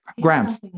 Grams